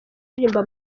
uririmba